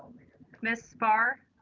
ms. spar,